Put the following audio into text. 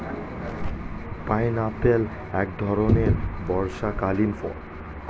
pineapple এক ধরণের বর্ষাকালীন ফল